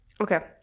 Okay